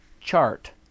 chart